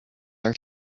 are